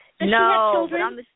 No